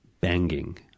banging